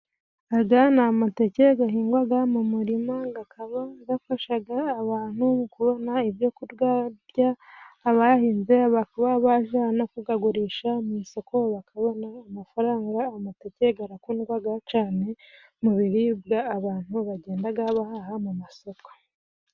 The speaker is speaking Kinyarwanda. Aga ni amateke gahingwaga mu murima gakaba gafashaga abantu kubona ibyo kurya. Abayahinze bakaba baja no kugagurisha mu isoko bakabona amafaranga. Amateke garakundwaga cane, mu biribwa abantu bagendaga bahaha mu masoko.